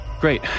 Great